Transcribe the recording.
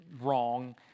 wrong